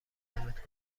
منجمد